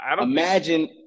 Imagine